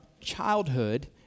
childhood